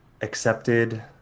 accepted